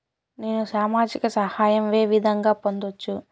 నేను సామాజిక సహాయం వే విధంగా పొందొచ్చు?